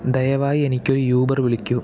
ദയവായി എനിക്ക് യൂബർ വിളിക്കൂ